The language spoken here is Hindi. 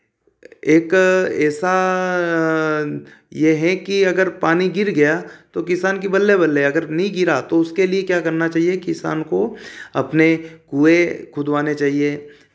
एक ऐसा यह है कि अगर पानी गिर गया तो किसान की बल्ले बल्ले अगर नहीं गिरा तो उसके लिए क्या करना चाहिए किसान को अपने कुँए खुदवाने चाहिए